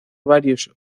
varios